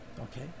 okay